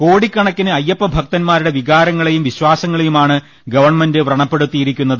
കോടിക്കണക്കിന് അയ്യപ്പഭക്തന്മാരുടെ വികാരങ്ങളെയും വിശ്വാസങ്ങളെ യുമാണ് ഗവൺമെന്റ് പ്രണപ്പെടുത്തിയിരിക്കുന്നത്